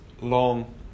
long